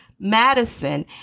Madison